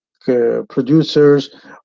producers